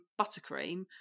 buttercream